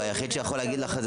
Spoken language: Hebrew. היחיד שיכול להגיד את זה,